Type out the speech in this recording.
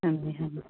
ਹਾਂਜੀ ਹਾਂ